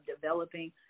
developing